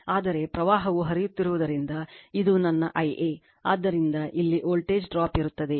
ಆದರೆ ಪ್ರವಾಹವು ಹರಿಯುತ್ತಿರುವುದರಿಂದ ಇದು ನನ್ನ Iaಆದ್ದರಿಂದ ಇಲ್ಲಿ ವೋಲ್ಟೇಜ್ ಡ್ರಾಪ್ ಇರುತ್ತದೆ